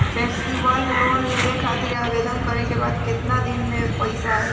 Festival loan लेवे खातिर आवेदन करे क बाद केतना दिन म पइसा आई?